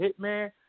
Hitman